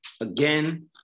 Again